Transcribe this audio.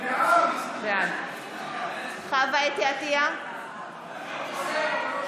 בעד גלעד קריב,